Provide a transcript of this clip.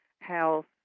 health